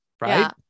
Right